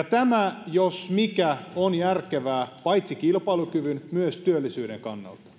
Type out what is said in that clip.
tämä jos mikä on järkevää paitsi kilpailukyvyn myös työllisyyden kannalta